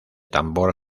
tambor